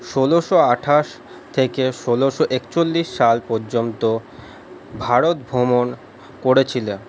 ষোলোশো আঠাশ থেকে ষোলোশো একচল্লিশ সাল পর্যন্ত ভারতভ্রমণ করেছিল